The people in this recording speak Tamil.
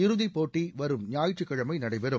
இறுதிப் போட்டி வரும் ஞாயிற்றுக்கிழமை நடைபெறும்